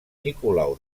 nicolau